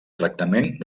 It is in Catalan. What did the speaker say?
tractament